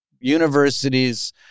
universities